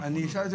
אני מסיים.